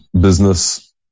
business